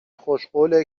خوشقوله